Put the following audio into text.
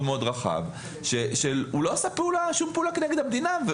רחב שהוא לא עשה שום פעולה כנגד המדינה.